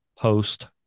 post